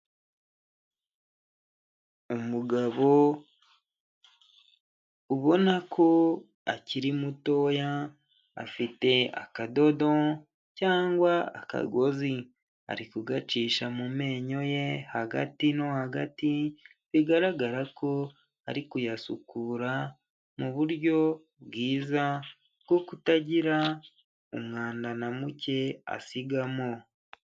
Umugabo ubona ko akiri mutoya afite akadodo cyangwa akagozi, ari kugacisha mu menyo ye hagati no hagati bigaragara ko ari kuyasukura, mu buryo bwiza bwo kutagira umwanda na muke asigamo.